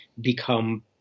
become